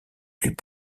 plus